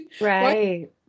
Right